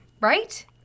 right